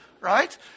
right